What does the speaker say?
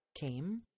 came